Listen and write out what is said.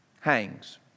Hangs